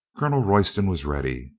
colonel royston was ready.